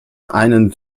einen